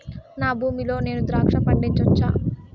నా భూమి లో నేను ద్రాక్ష పండించవచ్చా?